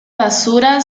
basura